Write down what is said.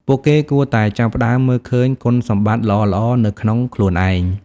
ពួកគេគួរតែចាប់ផ្ដើមមើលឃើញគុណសម្បត្តិល្អៗនៅក្នុងខ្លួនឯង។